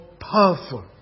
powerful